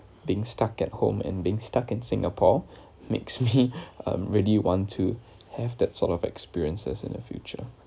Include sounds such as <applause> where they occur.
being stuck at home and being stuck in singapore makes <laughs> me um really want to have that sort of experiences in the future